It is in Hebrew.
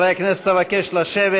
הכנסת, אבקש לשבת